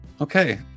Okay